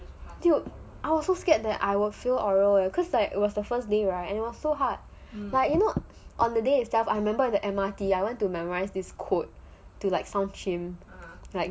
dude I was so scared that I will fail oral leh cause like it was the first day right and it was so hard like you know on the day itself I remember the M_R_T I want to memorise this quote to like some chim